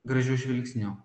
gražiu žvilgsniu